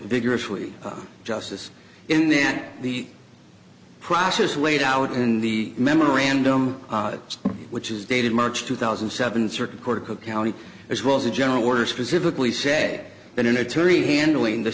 vigorously justice in that the process laid out in the memorandum which is dated march two thousand and seven circuit court of cook county as well as a general order specifically said that an attorney handling the